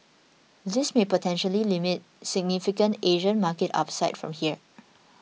this may potentially limit significant Asian market upside from here